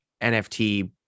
NFT